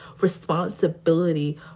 Responsibility